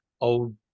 old